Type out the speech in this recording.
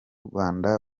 rwanda